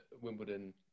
Wimbledon